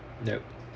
yup